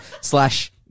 Slash